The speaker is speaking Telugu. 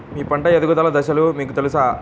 మీ పంట ఎదుగుదల దశలు మీకు తెలుసా?